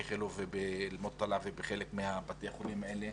באיכילוב ובאלמוטלע ובחלק מבתי החולים האלה.